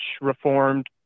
reformed